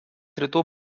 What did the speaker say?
rytų